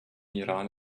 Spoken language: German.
iran